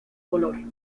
color